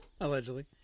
Allegedly